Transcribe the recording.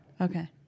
Okay